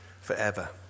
forever